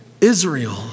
Israel